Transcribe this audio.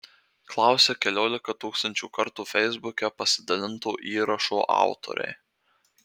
klausia keliolika tūkstančių kartų feisbuke pasidalinto įrašo autoriai